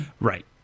Right